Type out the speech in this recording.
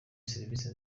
serivisi